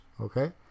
okay